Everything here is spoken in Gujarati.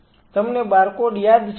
તમને બારકોડ યાદ છે